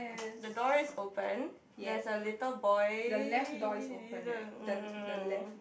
the door is open there's a little boy